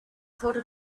thought